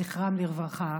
זכרם לברכה,